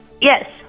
Yes